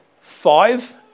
five